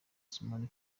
simoni